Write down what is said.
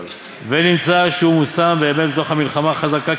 ונמצא שהוא מושם באמת בתוך המלחמה החזקה.